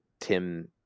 Tim